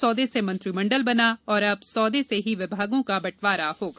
सौदे से मंत्रिमंडल बना और अब सौदे से ही विभागों का बंटवारा होगा